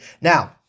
Now